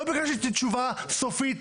לא ביקשתי לתת תשובה סופית,